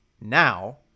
Now